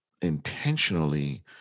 intentionally